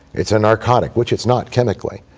it's a narcotic. which it's not, chemically.